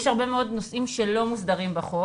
יש הרבה מאוד נושאים שלא מוסדרים בחוק